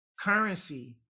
currency